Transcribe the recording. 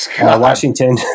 Washington